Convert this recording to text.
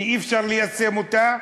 כי אי-אפשר ליישם אותה.